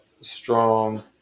strong